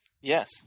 Yes